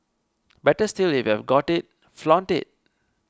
better still if you've got it flaunt it